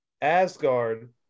Asgard